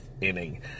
inning